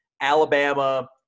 Alabama